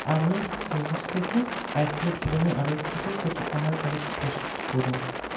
আমি থেকে এক প্লেট বিরিয়ানি অর্ডার করতে চাই সেটি আমার বাড়িতে প্রস্তুত করুন